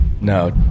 No